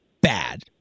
bad